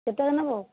ପୋଟଳ ନେବ